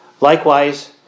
Likewise